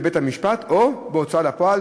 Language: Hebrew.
בבית-משפט או בהוצאה לפועל,